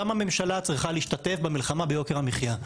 גם הממשלה צריכה להשתתף במלחמה ביוקר המחיה.